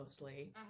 mostly